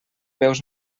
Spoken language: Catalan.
veus